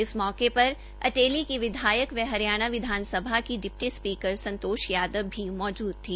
इस मौके पर अटेली की विधायक व हरियाणा विधानसभा की डिप्टी स्पीकर संतोष यादव भी मौजूद थी